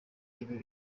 ibe